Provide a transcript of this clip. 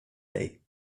dig